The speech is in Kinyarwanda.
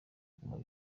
guma